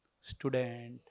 student